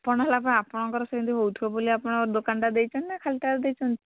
ଆପଣ ହେଲା ପା ଆପଣଙ୍କର ସେମିତି ହଉଥିବ ବୋଲି ଆପଣ ଦୋକାନଟା ଦେଇଛନ୍ତି ନା ଖାଲିଟାରେ ଦେଇଛନ୍ତି